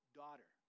daughter